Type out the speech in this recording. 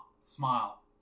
smile